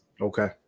okay